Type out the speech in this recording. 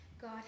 God